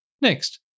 Next